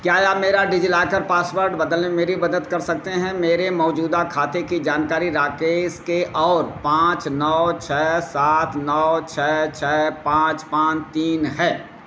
क्या या मेरा डिजिलॉकर पासवर्ड बदलने में मेरी मदद कर सकते हैं मेरे मौजूदा खाते की जानकारी राकेश के और पाँच नौ छः सात नौ छः छः पाँच पाँच तीन हैं